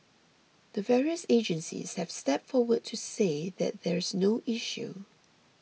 the various agencies have stepped forward to say that there's no issue